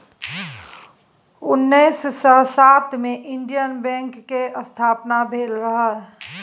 उन्नैस सय सात मे इंडियन बैंक केर स्थापना भेल रहय